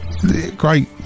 Great